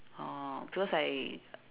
oh because I